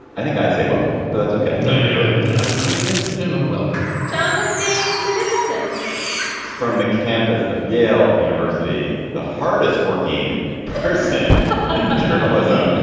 i think i say welcome, but that's ok. and i know and yeah i'm i mean, it's a general welcoming john was being beneficent from the campus of yale university. the hardest working person in my journalism